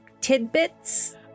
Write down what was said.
tidbits